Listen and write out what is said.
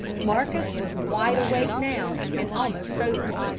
marcus was wide awake now, and almost sobered.